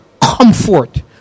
comfort